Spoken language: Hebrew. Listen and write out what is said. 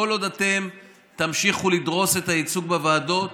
כל עוד אתם תמשיכו לדרוס את הייצוג בוועדות,